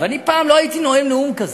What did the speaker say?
פעם לא הייתי נואם נאום כזה,